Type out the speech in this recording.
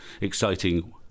exciting